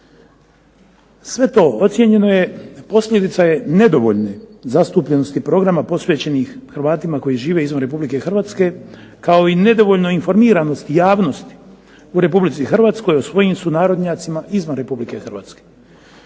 Sve to ocijenjeno je posljedica je nedovoljne zastupljenosti programa posvećenih Hrvatima koji žive izvan Republike Hrvatske, kao i nedovoljno informiranosti javnosti u Republici Hrvatskoj o svojim sunarodnjacima izvan Republike Hrvatske.